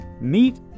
meet